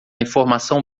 informação